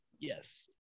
Yes